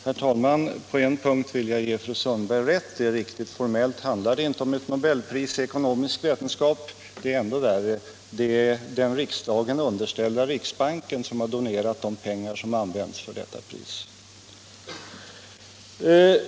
Herr talman! På en punkt vill jag ge fru Sundberg rätt. Formellt handlar det inte om ett nobelpris i ekonomisk vetenskap. Det är ändå värre. Det är den riksdagen underställda riksbanken som har donerat de pengar som används för det pris jag avsåg.